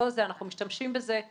אנחנו משתמשים בזה,